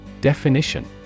Definition